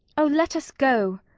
oh! let us go.